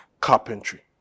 carpentry